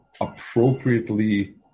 appropriately